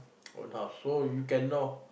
oh now so you can know